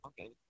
Okay